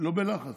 לא בלחץ.